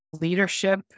leadership